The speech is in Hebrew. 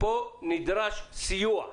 פה נדרש סיוע.